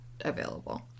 available